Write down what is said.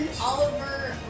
Oliver